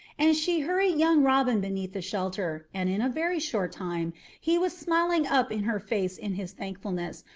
and she hurried young robin beneath the shelter, and in a very short time he was smiling up in her face in his thankfulness,